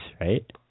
right